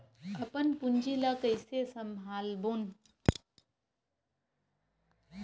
अपन पूंजी ला कइसे संभालबोन?